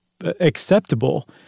acceptable